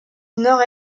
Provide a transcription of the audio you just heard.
nord